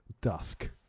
Dusk